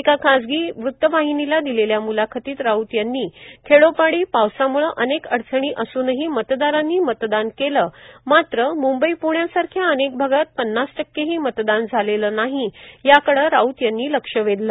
एका खासगी वृत्तवाहिनीला दिलेल्या मुलाखतीत राऊत यांनी खेडोपाडी पावसाम्ळे अनेक अडचणी असूनही मतदारांनी मतदान केलं मात्र म्ंबई प्ण्यासारख्या अनेक भागात पन्नास टक्केही मतदान झालेलं नाही याकडे राऊत यांनी लक्ष वेधलं